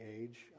age